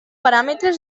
paràmetres